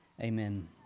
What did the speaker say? Amen